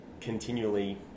continually